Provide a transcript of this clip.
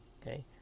okay